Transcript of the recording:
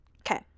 okay